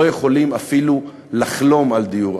לא יכולים אפילו לחלום על דיור.